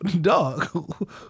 dog